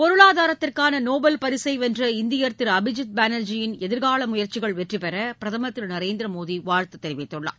பொருளாதாரத்திற்கான Nobel பரிசை வென்ற இந்தியர் திரு அபிஜித் பானா்ஜி யின் எதிர்கால முயற்சிகள் வெற்றிபெற பிரதமர் திரு நரேந்திர மோடி வாழ்த்து தெரிவித்துள்ளார்